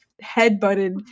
head-butted